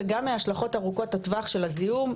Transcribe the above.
וגם מהשלכות ארוכות הטווח של הזיהום,